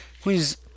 please